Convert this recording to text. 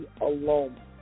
alone